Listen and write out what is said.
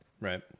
Right